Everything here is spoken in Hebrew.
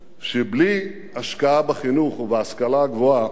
שבלי השקעה בחינוך ובהשכלה הגבוהה